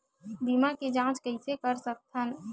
बीमा के जांच कइसे कर सकत हन?